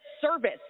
service